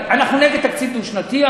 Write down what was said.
אנחנו נגד תקציב דו-שנתי,